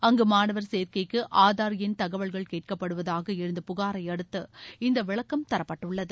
அங்கு மாணவர் சேர்க்கைக்கு ஆதார் எண் தகவல்கள் கேட்கப்படுவதாக எழுந்த புகாரை அடுத்து இந்த விளக்கம் தரப்பட்டுள்ளது